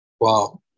Wow